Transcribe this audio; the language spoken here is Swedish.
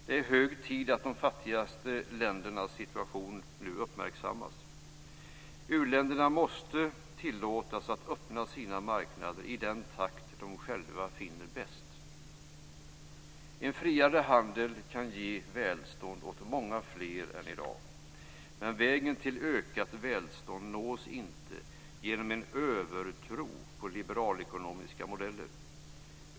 Det är hög tid att de fattigaste ländernas situation nu uppmärksammas. U-länderna måste tillåtas att öppna sina marknader i den takt de själva finner bäst. En friare handel kan ge välstånd åt många fler än i dag. Men vägen till ökat välstånd nås inte genom en övertro på liberalekonomiska modeller.